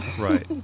Right